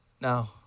No